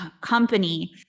company